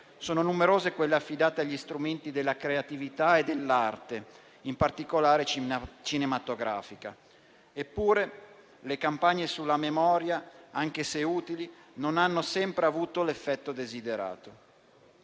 sono numerose quelle affidate agli strumenti della creatività e dell'arte, in particolare cinematografica. Eppure, le campagne sulla memoria, anche se utili, non hanno sempre avuto l'effetto desiderato.